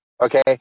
Okay